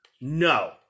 No